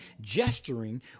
gesturing